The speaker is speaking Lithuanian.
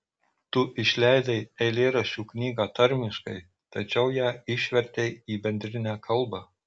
tu išleidai eilėraščių knygą tarmiškai tačiau ją išvertei į bendrinę kalbą